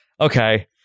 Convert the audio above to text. Okay